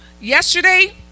Yesterday